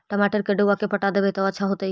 टमाटर के डुबा के पटा देबै त अच्छा होतई?